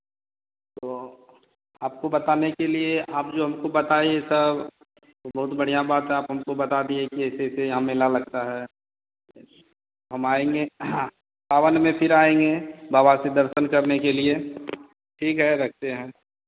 तो आपको बताने के लिए आप जो हमको बताएँ ये सब वो बहुत बढ़ियाँ बात है आप हमको बता दिए कि ऐसे ऐसे यहाँ मेला लगता है हम आएँगे सावन में फिर आएँगे बाबा के दर्शन करने के लिए ठीक है रखते हैं